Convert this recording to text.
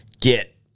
Get